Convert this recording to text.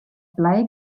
blei